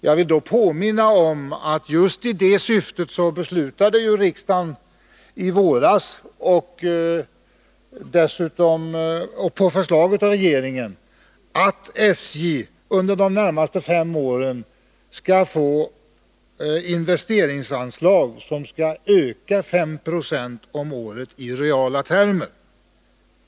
Jag vill påminna om att i just det syftet beslutade riksdagen i våras, på förslag av regeringen, att SJ under de närmaste fem åren skall få investeringsanslag som skall öka 5 96 om året i reala termer.